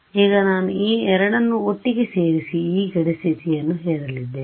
ಈಗ ನಾನು ಈ ಎರಡನ್ನು ಒಟ್ಟಿಗೆ ಸೇರಿಸಿ ಈ ಗಡಿ ಸ್ಥಿತಿಯನ್ನು ಹೇರಲಿದ್ದೇನೆ